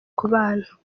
kubana